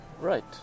Right